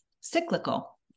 cyclical